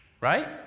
Right